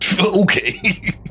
Okay